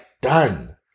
done